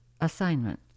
assignment